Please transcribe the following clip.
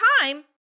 time